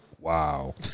Wow